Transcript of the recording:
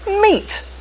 meat